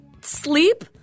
sleep